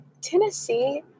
Tennessee